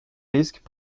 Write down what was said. risques